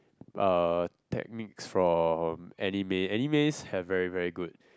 uh techniques from anime animes have very very good